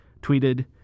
tweeted